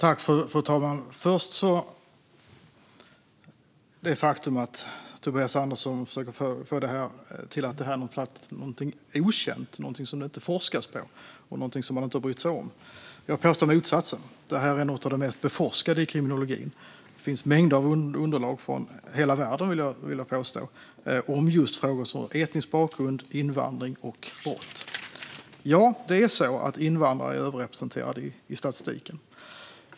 Fru talman! När det gäller det faktum att Tobias Andersson försöker få det till att det här är någonting okänt, någonting som det inte forskas på och någonting som man inte har brytt sig om påstår jag motsatsen. Det här är något av det mest beforskade i kriminologin. Det finns mängder av underlag från hela världen, vill jag påstå, om just frågor som etnisk bakgrund, invandring och brott. Ja, invandrare är överrepresenterade i statistiken.